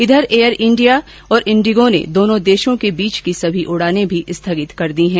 इधर Air India और इंडिगो ने दोनों देशों के बीच की सभी उड़ाने भी स्थगित कर दी है